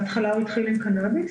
בהתחלה הוא התחיל עם קנאביס,